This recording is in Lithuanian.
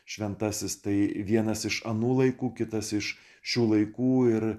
šventasis tai vienas iš anų laikų kitas iš šių laikų ir